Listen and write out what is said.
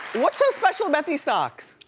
what's so special about these socks?